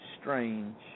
strange